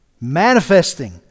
manifesting